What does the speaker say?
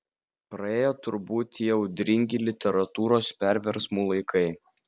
praėjo turbūt tie audringi literatūros perversmų laikai